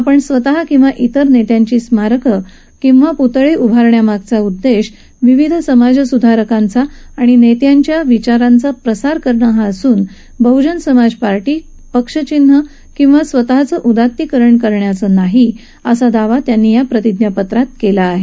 आपण स्वतः किंवा इतर नेत्यांची स्मारकं आणि पुतळे उभारण्यामागचा उद्देश विविध समाजसुधारकांचा आणि नेत्यांच्या विचारांचा प्रसार करणं हा असून बहुजन समाज पक्ष किंवा पक्ष चिन्ह किंवा आपल्या स्वतःचं उदात्तीकरण करण्याचा नाही असा दावा त्यांनी या प्रतिज्ञापत्रात केला आहे